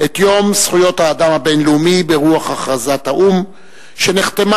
את יום זכויות האדם הבין-לאומי ברוח הכרזת האו"ם שנחתמה